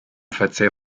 verzehr